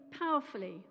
powerfully